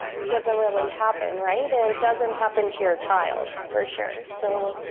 doesn't really happen, right? and doesn't happen to your child, for sure. so